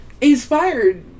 Inspired